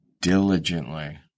diligently